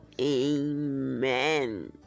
amen